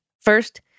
First